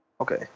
Okay